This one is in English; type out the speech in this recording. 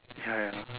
yeah yeah